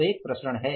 तो एक प्रसरण है